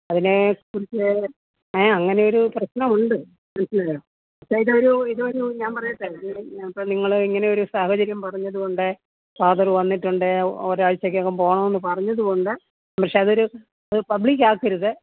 അതിനെ കുറിച്ച് ഏ അങ്ങനെയൊരു പ്രശ്നമുണ്ട് മനസിലായോ പക്ഷെ ഒരു ഇതൊരു ഇതൊരു ഞാൻ പറയട്ടെ അപ്പോള് നിങ്ങള് ഇങ്ങനെയൊരു സാഹചര്യം പറഞ്ഞതുകൊണ്ട് ഫാദർ വന്നിട്ടുണ്ട് ഒരാഴ്ചയ്ക്കകം പോകണമെന്നു പറഞ്ഞതുകൊണ്ട് പക്ഷെ അത് ഒരു പബ്ലിക് ആക്കരുത്